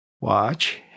watch